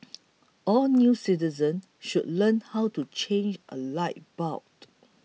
all new citizens should learn how to change a light bulb